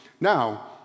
Now